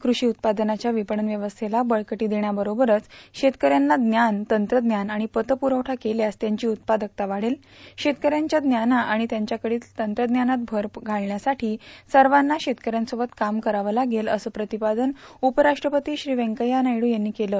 कृषी उत्पादनाच्या विपणन व्यवस्थेला बळकटी देण्याबरोबरच शेतकऱ्यांना ज्ञान तंत्रज्ञान आणि पतपुरवठा केल्यास त्यांची उत्पादकता वाढेल शेतकऱ्यांच्या ज्ञानात आणि त्यांच्याकडील तंत्रज्ञानात भर घालण्यासाठी सर्वाना शेतकऱ्यांसोबत काम करावं लागेल असं प्रतिपादन उपराष्ट्रपती श्री व्यंकय्या नायडू यंनी केलं